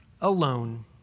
Alone